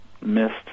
missed